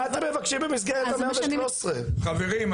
חברים,